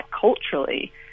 culturally